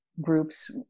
groups